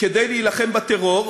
כדי להילחם בטרור.